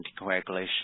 anticoagulation